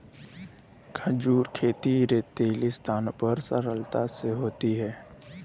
खजूर खेती रेतीली स्थानों पर सरलता से होती है